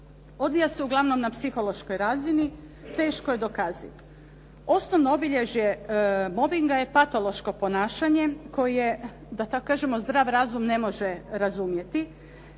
Odvija se uglavnom na psihološkoj razini, teško je dokaziv. Osnovno obilježje mobbinga je patološko ponašanje koje da tako kažemo zdrav razum ne može razumjeti.